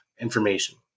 information